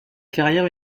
carrière